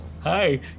hi